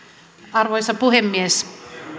arvoisa puhemies